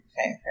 okay